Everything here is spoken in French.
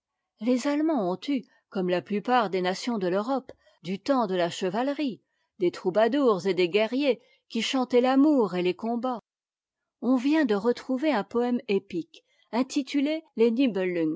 les allemands ont eu comme a plupart des nations de l'europe du temps de la chevalerie des troubadours et des guerriers qui chantaient l'amour et les combats on vient de retrouver un poëme épique intitulé les